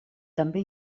també